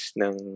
ng